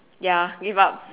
ya give up